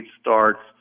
starts